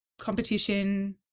competition